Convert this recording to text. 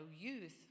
youth